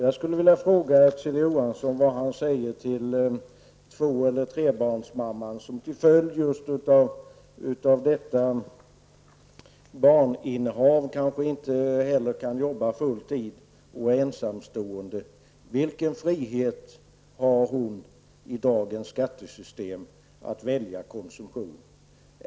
Jag skulle vilja fråga Kjell Johansson vad han säger till den ensamstående två eller trebarnsmamman som, just till följd av detta barninnehav, kanske inte heller kan jobba full tid: Vilken frihet att välja konsumtion har hon i dagens skattesystem?